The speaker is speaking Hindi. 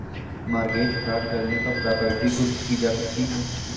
मॉर्गेज फ्रॉड करने पर प्रॉपर्टी कुर्क की जा सकती है